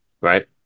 right